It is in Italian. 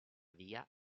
via